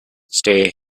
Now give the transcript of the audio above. stay